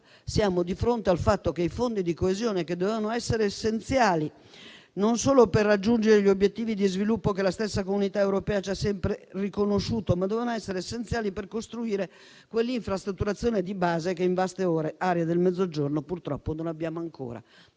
le Regioni. In realtà, i fondi di coesione dovevano essere essenziali non solo per raggiungere gli obiettivi di sviluppo che la stessa Unione europea ci ha sempre riconosciuto, ma anche per costruire quell'infrastrutturazione di base che in vaste aree del Mezzogiorno purtroppo non abbiamo ancora.